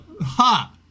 Ha